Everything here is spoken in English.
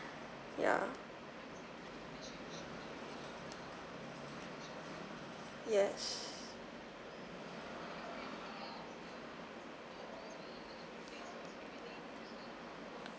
ya yes